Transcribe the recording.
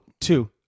Two